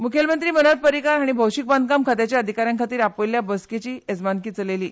मुखेलमंत्री मनोहर पर्रीकार हांणी भौशीक बांदकाम खात्याच्या अधिका यां खातीर आपयल्ल्या बसकेची येजमानकी चलयली